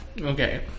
Okay